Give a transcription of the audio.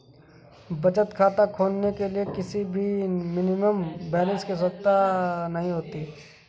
बचत खाता खोलने के लिए किसी भी मिनिमम बैलेंस की आवश्यकता नहीं होती है